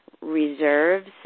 reserves